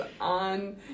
on